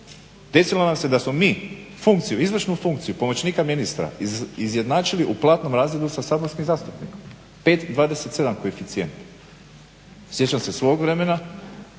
desilo nam se da smo mi funkciju, izvršnu funkciju pomoćnika ministra izjednačili u platnom razredu sa saborskim zastupnikom 5,27 koeficijent. Sjećam se svog vremena.